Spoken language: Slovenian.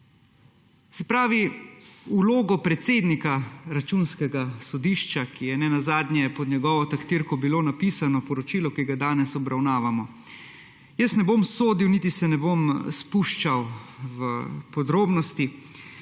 Se pravi, vlogo predsednika Računskega sodišča, nenazadnje je pod njegovo taktirko bilo napisano poročilo, ki ga danes obravnavamo. Jaz ne bom sodil niti se ne bom spuščal v podrobnosti.